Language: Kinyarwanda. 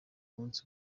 munsi